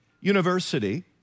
University